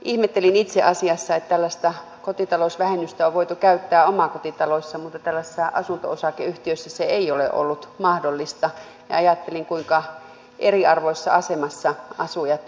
ihmettelin itse asiassa että tällaista kotitalousvähennystä on voitu käyttää omakotitaloissa mutta tällaisissa asunto osakeyhtiöissä se ei ole ollut mahdollista ja ajattelin kuinka eriarvoisessa asemassa asujat ovat olleet